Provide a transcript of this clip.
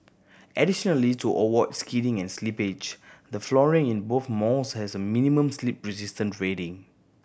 additionally to avoid skidding and slippage the flooring in both malls has a minimum slip resistance rating